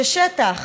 ששטח